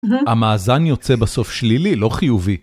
המאזן יוצא בסוף שלילי, לא חיובי.